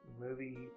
movie